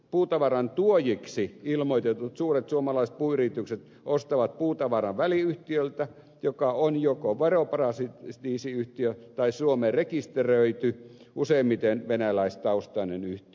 puutavaran tuojiksi suomen tullille ilmoitetut suuret suomalaiset puuyritykset ostavat puutavaran väliyhtiöltä joka on joko veroparatiisiyhtiö tai suomeen rekisteröity useimmiten venäläistaustainen yhtiö